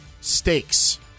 stakes